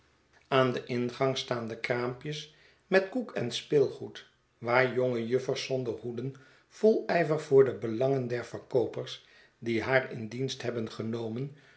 aan den ingang staan de kraampjes met koek en speelgoed waar jonge juffers zonder hoeden vol ijver voor de belangen der verkoopers die haar in dienst hebben genomen